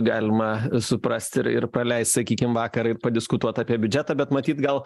galima suprasti ir ir praleisti sakykim vakarą ir padiskutuot apie biudžetą bet matyt gal